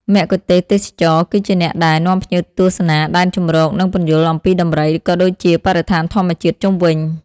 មគ្គុទ្ទេសក៍ទេសចរ គឺជាអ្នកដែល នាំភ្ញៀវទស្សនា ដែនជម្រក និង ពន្យល់អំពីដំរី ក៏ដូចជា បរិស្ថានធម្មជាតិ ជុំវិញ។